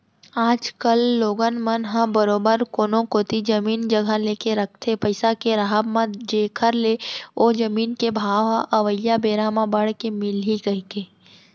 आज कल लोगन मन ह बरोबर कोनो कोती जमीन जघा लेके रखथे पइसा के राहब म जेखर ले ओ जमीन के भाव ह अवइया बेरा म बड़ के मिलही कहिके